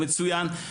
מצוין,